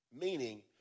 Meaning